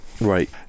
Right